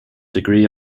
degree